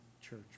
church